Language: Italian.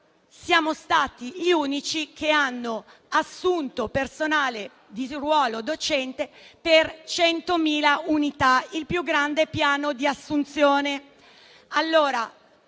siamo stati gli unici che hanno assunto personale di ruolo docente per 100.000 unità: il più grande piano di assunzione.